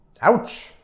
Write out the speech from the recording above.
Ouch